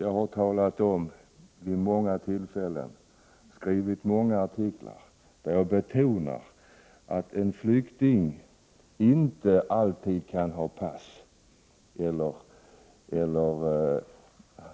Jag har vid många tillfällen talat om detta och skrivit artiklar där jag betonar att en flykting inte alltid kan ha pass eller